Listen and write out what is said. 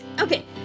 Okay